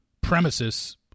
premises